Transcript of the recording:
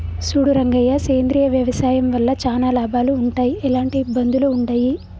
సూడు రంగయ్య సేంద్రియ వ్యవసాయం వల్ల చానా లాభాలు వుంటయ్, ఎలాంటి ఇబ్బందులూ వుండయి